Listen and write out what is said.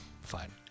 fine